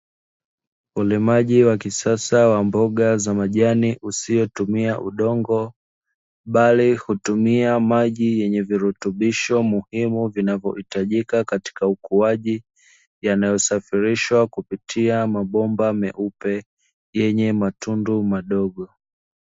Ulimaji wa kisasa wa mboga za majani, usiotumia udongo, bali hutumia maji yenye virutubisho muhimu vinavyohitajika katika ukuaji, yanayosafirishwa kupitia mabomba meupe yenye matundu madogo.